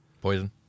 Poison